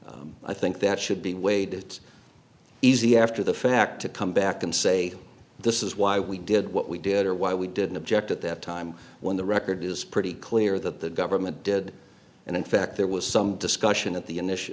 again i think that should be weighed it's easy after the fact to come back and say this is why we did what we did or why we didn't object at that time when the record is pretty clear that the government did and in fact there was some discussion at the initial